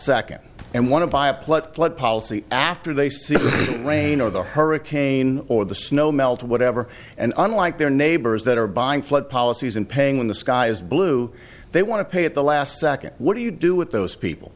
second and want to buy a plot flood policy after they see rain or the hurricane or the snow melt or whatever and unlike their neighbors that are buying flood policies and paying when the sky is blue they want to pay at the last second what do you do with those people